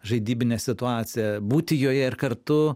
žaidybinę situaciją būti joje ir kartu